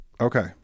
okay